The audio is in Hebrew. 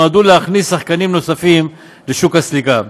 צעדים אשר נועדו להכניס שחקנים נוספים לשוק הסליקה,